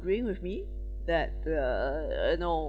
agreeing with me that the uh you know